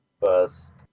first